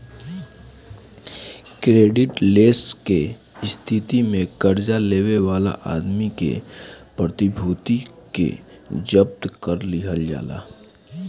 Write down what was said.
credit less के स्थिति में कर्जा लेवे वाला आदमी के प्रतिभूति के जब्त कर लिहल जाला